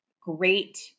great